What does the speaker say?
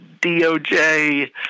DOJ